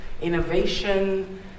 innovation